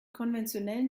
konventionellen